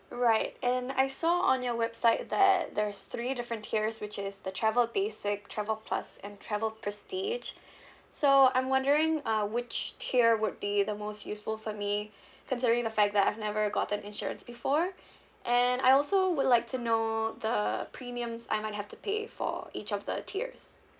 right and I saw on your website that there's three different tiers which is the travel basic travel plus and travel prestige so I'm wondering uh which tier would be the most useful for me considering the fact that I've never gotten insurance before and I also would like to know the premiums I might have to pay for each of the tiers